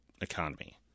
economy